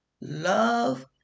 Love